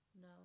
No